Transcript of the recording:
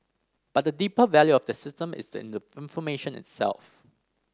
but the deeper value of the system is in the information itself